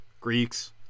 Greeks